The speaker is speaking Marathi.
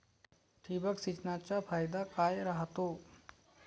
ठिबक सिंचनचा फायदा काय राह्यतो?